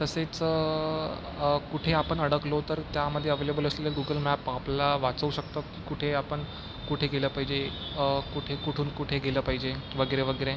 तसेच कुठे आपण अडकलो तर त्यामध्ये अवेलेबल असलेले गुगल मॅप आपल्याला वाचवू शकतो कुठेही आपण कुठे गेलं पाहिजे कुठे कुठून कुठे गेलं पाहिजे वगैरे वगैरे